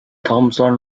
thompson